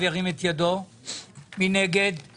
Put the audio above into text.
בתקנה 14א(א)(1) במקום "191.4%" יבוא "196.1% "; במקום "147.8%"